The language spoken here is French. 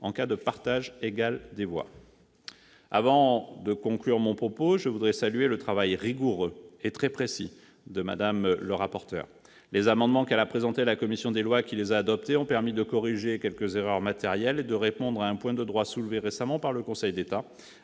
en cas de partage égal des voix. Avant de conclure ce propos, je souhaite saluer le travail rigoureux et très précis de Mme la rapporteur. Les amendements qu'elle a présentés à la commission des lois, qui les a adoptés, ont permis de corriger quelques erreurs matérielles et de répondre à un point de droit soulevé récemment par le Conseil d'État,